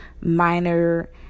minor